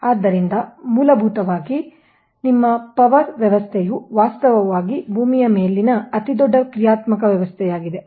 ಆದ್ದರಿಂದ ಮೂಲಭೂತವಾಗಿ ನಿಮ್ಮ ಪವರ್ ವ್ಯವಸ್ಥೆಯು ವಾಸ್ತವವಾಗಿ ಭೂಮಿಯ ಮೇಲಿನ ಅತಿದೊಡ್ಡ ಕ್ರಿಯಾತ್ಮಕ ವ್ಯವಸ್ಥೆಯಾಗಿದೆ